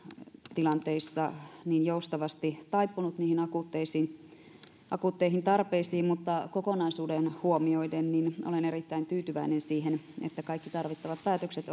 tilanteissa niin joustavasti taipunut niihin akuutteihin akuutteihin tarpeisiin mutta kokonaisuuden huomioiden olen erittäin tyytyväinen siihen että kaikki tarvittavat päätökset